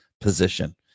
position